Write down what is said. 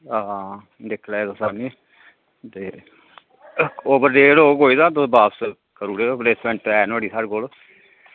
हां दिक्खी लैयो तुस आह्ननियै ते ओवरडेट होग कोई तां तुस बापस करुड़ेयो रिप्लेसमैंट है नुआढ़ी साढ़े कोल